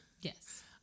Yes